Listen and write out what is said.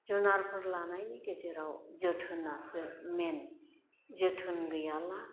जुनारफोर लानायनि गेजेराव जोथोनासो मेन जोथोन गैयाला